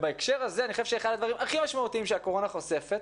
בהקשר הזה אני חושב שאחד הדברים הכי משמעותיים שהקורונה חושפת